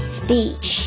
speech